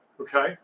Okay